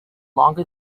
longer